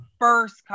first